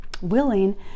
willing